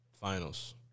Finals